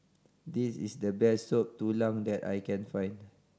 this is the best Soup Tulang that I can find